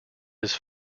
his